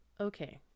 Okay